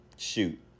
Shoot